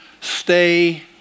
stay